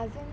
for cousin